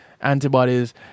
Antibodies